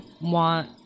want